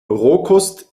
rohkost